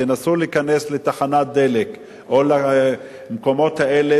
תנסו להיכנס לתחנת דלק או למקומות האלה,